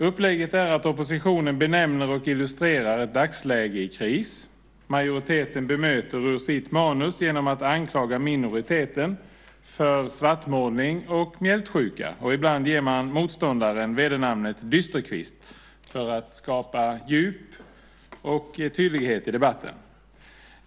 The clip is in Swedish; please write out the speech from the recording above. Upplägget är att oppositionen benämner och illustrerar ett dagsläge i kris, majoriteten bemöter ur sitt manus genom att anklaga minoriteten för svartmålning och mjältsjuka och ibland ger man motståndaren vedernamnet Dysterkvist för att skapa djup och tydlighet i debatten.